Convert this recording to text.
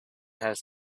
has